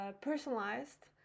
personalized